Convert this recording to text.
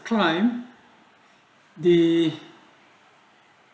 claim the